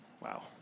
Wow